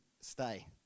stay